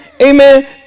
Amen